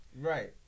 Right